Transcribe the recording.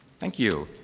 thank you.